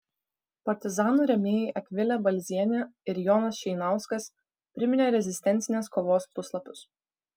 partizanų rėmėjai akvilė balzienė ir jonas šeinauskas priminė rezistencinės kovos puslapius